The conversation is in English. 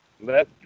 Let